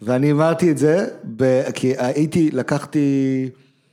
‫ואני אמרתי את זה כי הייתי לקחתי...